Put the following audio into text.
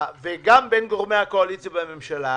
וגם בין גורמי הקואליציה והממשלה.